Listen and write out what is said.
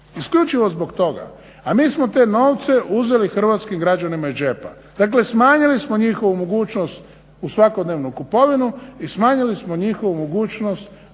isključivo zbog toga, a mi smo te novce uzeli hrvatskim građanima iz džepa, dakle smanjili smo njihovu mogućnost u svakodnevnu kupovinu i smanjili smo njihovu mogućnost da koriste